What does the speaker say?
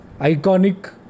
iconic